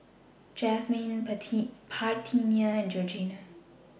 Jazmine Parthenia and Georgina